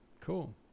cool